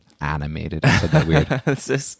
Animated